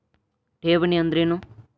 ಠೇವಣಿ ಅಂದ್ರೇನು?